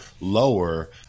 lower